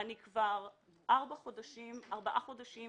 אני כבר ארבעה חודשים